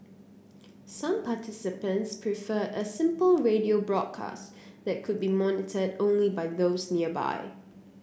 some participants preferred a simple radio broadcast that could be monitored only by those nearby